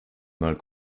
mal